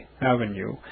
Avenue